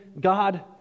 God